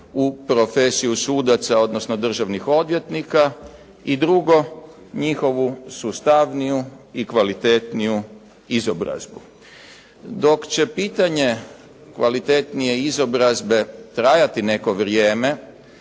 u profesiju sudaca odnosno državnih odvjetnika i drugo njihovu sustavniju i kvalitetniju izobrazbu. Dok će pitanje kvalitetnije izobrazbe trajati neko vrijeme,